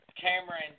Cameron